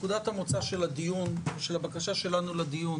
נקודת המוצא של הבקשה שלנו לדיון